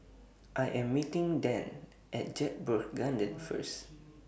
I Am meeting Dan At Jedburgh Gardens First